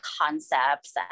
concepts